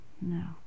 No